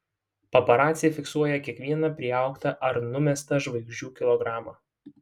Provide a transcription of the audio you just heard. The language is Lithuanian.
paparaciai fiksuoja kiekvieną priaugtą ar numestą žvaigždžių kilogramą